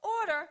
order